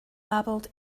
babbled